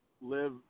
live